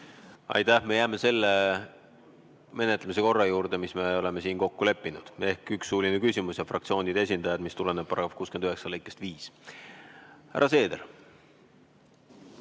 Aitäh! Me jääme selle menetlemise korra juurde, mis me oleme siin kokku leppinud ehk üks suuline küsimus ja fraktsioonide esindajad. See tuleneb § 69 lõikest 5. Härra Seeder.